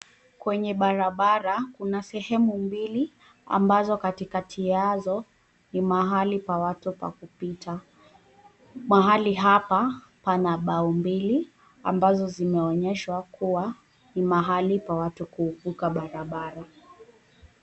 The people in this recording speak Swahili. Kwenye barabara kuna sehemu mbili ambazo katikati yazo ni mahali pa watu pa kupita. Mahali hapa pana mbao mbili, ambazo zimeonyeshwa kuwa ni mahali pa watu kuvuka barabara.